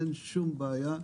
אין שום בעיה.